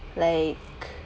like